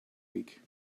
week